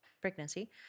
pregnancy